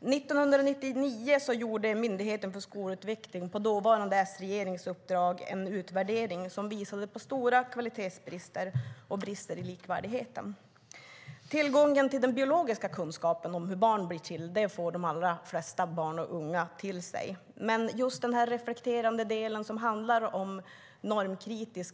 År 1999 gjorde Myndigheten för skolutveckling, på dåvarande S-regerings uppdrag, en utvärdering som visade på stora kvalitetsbrister och brister i likvärdigheten. Den biologiska kunskapen om hur barn blir till får de allra flesta barn och unga till sig. Men just den reflekterande del som normkritiskt